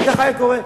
כך היה קורה.